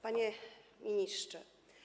Panie Ministrze!